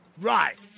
Right